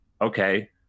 Okay